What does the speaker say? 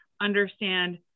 understand